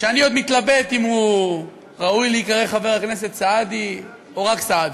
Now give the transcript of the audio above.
שאני עוד מתלבט אם הוא ראוי להיקרא חבר הכנסת סעדי או רק סעדי,